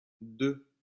deux